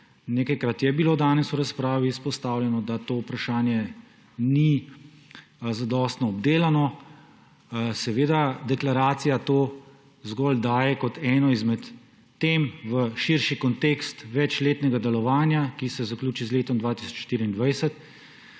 Nekajkrat je bilo danes v razpravi izpostavljeno, da to vprašanje ni zadostno obdelano. Deklaracija to zgolj daje kot eno izmed tem v širši kontekst večletnega delovanja, ki se zaključi z letom 2024.